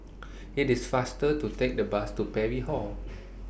IT IS faster to Take The Bus to Parry Hall